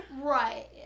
Right